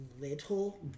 little